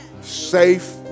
Safe